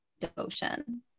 devotion